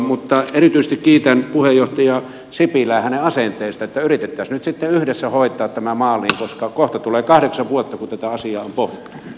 mutta erityisesti kiitän puheenjohtaja sipilää hänen asenteestaan että yritettäisiin nyt sitten yhdessä hoitaa tämä maaliin koska kohta tulee kahdeksan vuotta kun tätä asiaa on pohdittu